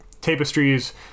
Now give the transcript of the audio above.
tapestries